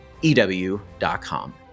EW.com